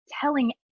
telling